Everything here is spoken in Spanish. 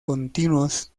continuos